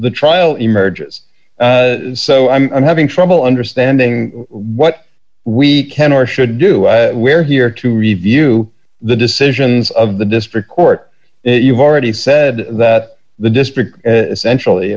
the trial emerges so i'm having trouble understanding what we can or should do we're here to review the decisions of the district court you've already said that the district centrally